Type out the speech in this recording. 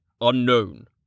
Unknown